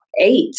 eight